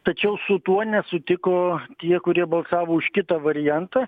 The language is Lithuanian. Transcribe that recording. tačiau su tuo nesutiko tie kurie balsavo už kitą variantą